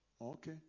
Okay